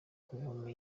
kuvoma